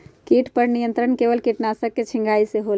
किट पर नियंत्रण केवल किटनाशक के छिंगहाई से होल?